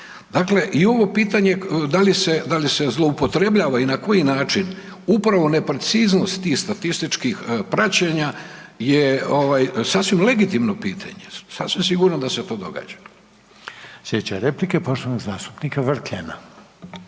Dakle, i ovo pitanje da li se zloupotrebljava i na koji način, upravo nepreciznost tih statističkih praćenja je sasvim legitimno pitanje, sasvim sigurno da se to događa. **Reiner, Željko (HDZ)** Sljedeća